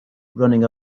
running